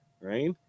right